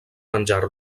menjar